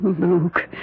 Luke